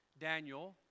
Daniel